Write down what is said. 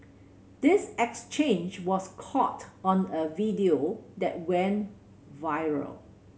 this exchange was caught on a video that went viral